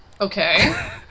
Okay